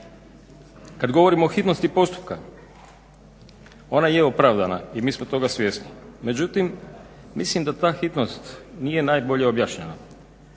Kad govorimo o hitnosti postupka, ona je opravdana i mi smo toga svjesni. Međutim mislim da ta hitnost nije najbolje objašnjena.